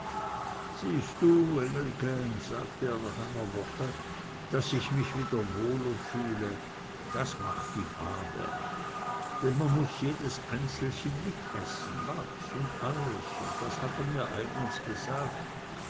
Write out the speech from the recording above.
siehst du engelke sagte er nach einer woche daß ich mich wieder wohler fühle das macht die wabe denn man muß jedes fisselchen mitessen wachs und alles das hat er mir eigens gesagt